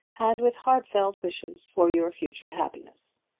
and with heartfelt wishes for your future happiness.